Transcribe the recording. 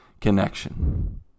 connection